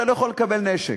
אתה לא יכול לקבל נשק.